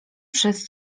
przez